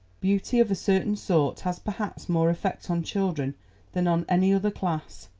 beauty of a certain sort has perhaps more effect on children than on any other class,